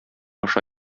аша